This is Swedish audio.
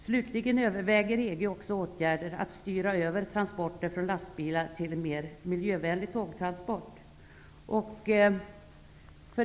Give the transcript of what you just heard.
Slutligen överväger EG också åtgärder för att styra över transporter från lastbilar till en mer miljövänlig tågtransport.